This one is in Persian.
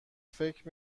فکر